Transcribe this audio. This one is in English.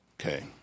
Okay